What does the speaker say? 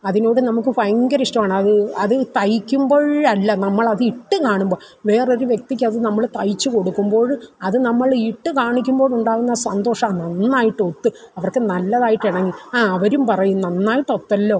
അതിനോട് നമുക്ക് ഭയങ്കര ഇഷ്ടമാണ് അത് അത് തയ്ക്കുമ്പോഴല്ല നമ്മളത് ഇട്ട് കാണുമ്പോൾ വേറൊരു വ്യക്തിക്കത് നമ്മൾ തയ്ച്ചു കൊടുക്കുമ്പോൾ അത് നമ്മൾ ഇട്ട് കാണിക്കുമ്പോഴുണ്ടാകുന്ന സന്തോഷം നന്നായിട്ടൊത്ത് അവർക്ക് നല്ലതായിട്ടിണങ്ങി ആ അവരും പറയും നന്നായിട്ട് ഒത്തല്ലോ